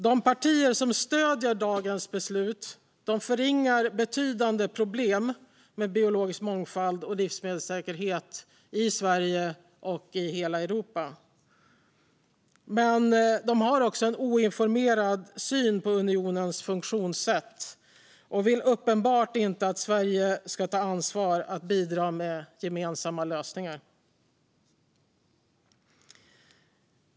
De partier som stöder dagens beslut förringar betydande problem med biologisk mångfald och livsmedelssäkerhet i Sverige och i hela Europa. Men de har också en oinformerad syn på unionens funktionssätt och vill uppenbart inte att Sverige ska ta ansvar för att bidra till gemensamma lösningar.